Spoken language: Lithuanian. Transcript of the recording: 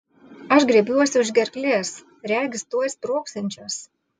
aš griebiuosi už gerklės regis tuoj sprogsiančios